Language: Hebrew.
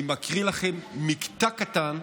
אני מקריא לכם מקטע קטן,